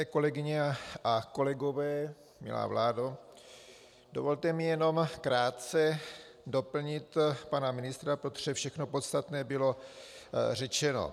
Milé kolegyně a kolegové, milá vládo, dovolte mi jenom krátce doplnit pana ministra, protože všechno podstatné bylo řečeno.